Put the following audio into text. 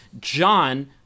John